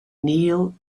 kneel